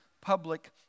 public